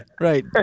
Right